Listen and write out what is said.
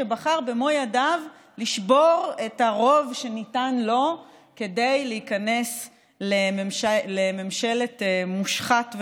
שבחר במו ידיו לשבור את הרוב שניתן לו כדי להיכנס לממשלת מושחת,